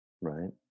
Right